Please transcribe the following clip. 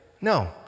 No